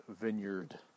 vineyard